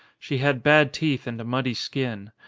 she had bad teeth and a muddy skin.